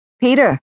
Peter